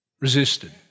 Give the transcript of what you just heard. resisted